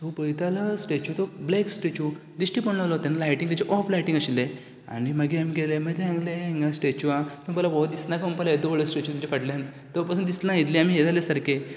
so पळयता जाल्यार statue तो ब्लेक स्टेचू दिस्टी पडना जालो तेन्ना लायटीन तेचें ऑफ लायटिंग आशिल्लें आनी मागीर आमी गेले मागीर थंय सांगलें ह्या स्टेचुवाक तो म्हणपाक लागलो वो दिसना कांय म्हणून येदो व्होडलो स्टेचु तुमच्या फाटल्यान तो पसून दिसना इतलें आमी ये जाले सारके